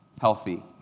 healthy